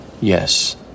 yes